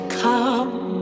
come